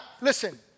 listen